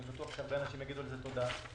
אני בטוח שהרבה אנשים יגידו על זה תודה.